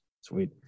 Sweet